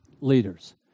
leaders